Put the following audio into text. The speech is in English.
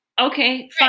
Okay